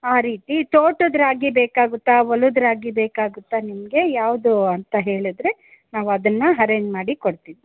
ಆ ರೀತಿ ತೋಟದ ರಾಗಿ ಬೇಕಾಗುತ್ತಾ ಹೊಲದ ರಾಗಿ ಬೇಕಾಗುತ್ತಾ ನಿಮಗೆ ಯಾವುದು ಅಂತ ಹೇಳಿದ್ರೆ ನಾವು ಅದನ್ನು ಹರೇಂಜ್ ಮಾಡಿ ಕೊಡ್ತೀವಿ